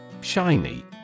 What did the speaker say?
Shiny